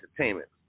entertainment